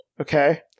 okay